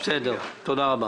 איפה?